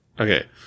Okay